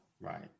right